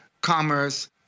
Commerce